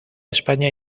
españa